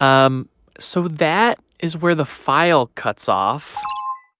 um so that is where the file cuts off